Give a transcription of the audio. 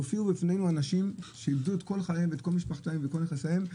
הופיעו בפנינו אנשים שאיבדו את כל חייהם ואת כל משפחתם ואת נכסיהם,